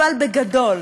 אבל בגדול,